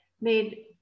made